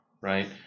right